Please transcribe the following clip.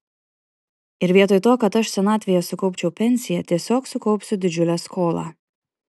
ir vietoj to kad aš senatvėje sukaupčiau pensiją tiesiog sukaupsiu didžiulę skolą